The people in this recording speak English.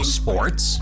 sports